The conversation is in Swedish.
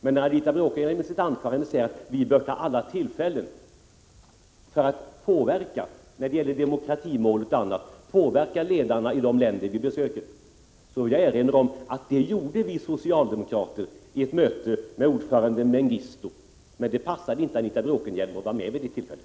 Men när Anita Bråkenhielm i sitt anförande säger att vi bör ta alla tillfällen att påverka när det gäller demokratimålet och annat och att påverka ledarna i de länder vi besöker, vill jag erinra om att vi socialdemokrater gjorde det vid ett möte med ordföranden Mengistu, men det passade inte Anita Bråkenhielm att vara med vid detta tillfälle.